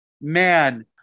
man